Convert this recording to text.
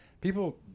people